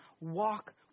Walk